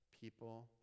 People